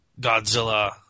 Godzilla –